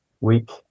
week